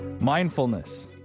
Mindfulness